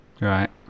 right